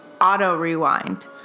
auto-rewind